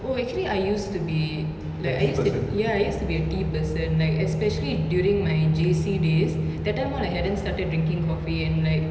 oh actually I used to be like I used to ya I used to be a tea person like especially during my J_C days that time all I hadn't started drinking coffee and like